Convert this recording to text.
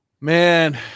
Man